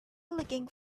looking